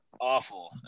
awful